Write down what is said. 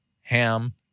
Ham